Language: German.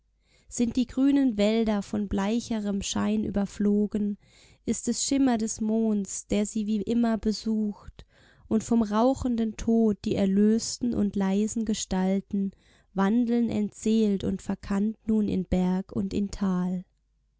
sind die grünen wälder von bleicherem schein überflogen ist es schimmer des monds der sie wie immer besucht und vom rauchenden tod die erlösten und leisen gestalten wandeln entseelt und verkannt nun in berg und in tal